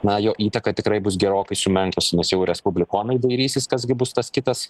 na jo įtaka tikrai bus gerokai sumenkusi nes jau respublikonai dairysis kas gi bus tas kitas